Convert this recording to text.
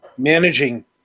managing